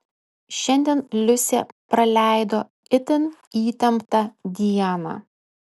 šiandien liusė praleido itin įtemptą dieną